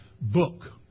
book